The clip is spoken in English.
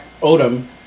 Odom